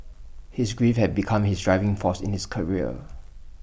his grief had become his driving force in his career